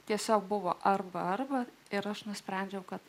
tiesiog buvo arba arba ir aš nusprendžiau kad